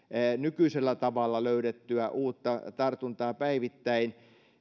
nykyisellä tavalla löydettyä uutta tartuntaa päivittäin